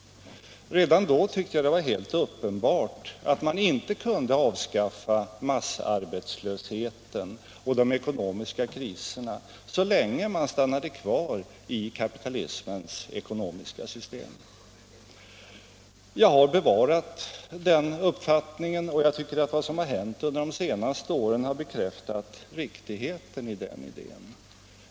Redan då tyckte jag det var helt uppenbart att man inte kunde avskaffa massarbetslösheten och de ekonomiska kriserna så länge man stannade kvar i kapitalismens ekonomiska system. Jag har bevarat den uppfattningen och tycker att det som har hänt under de senaste åren har bekräftat riktigheten i den.